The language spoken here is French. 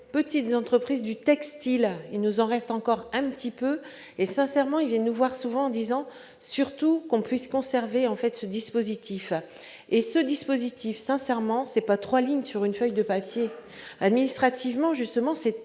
petites entreprises du textile, il nous en reste encore un petit peu et sincèrement il nous voir souvent en disant : surtout qu'on puisse conserver, en fait, ce dispositif et ce dispositif sincèrement c'est pas 3 lignes sur une feuille de papier administrativement justement c'est